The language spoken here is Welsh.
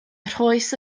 rhoes